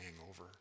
hangover